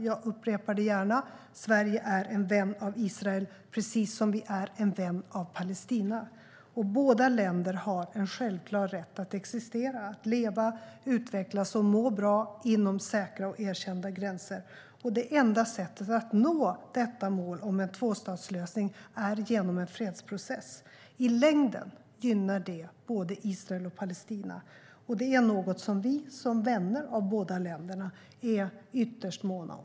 Jag upprepar det gärna: Sverige är en vän av Israel, precis som vi är en vän av Palestina. Båda länder har en självklar rätt att existera, leva, utvecklas och må bra inom säkra och erkända gränser, och det enda sättet att nå detta mål om en tvåstatslösning är en fredsprocess. I längden gynnar det både Israel och Palestina, och det är något som vi som vänner av båda länderna är ytterst måna om.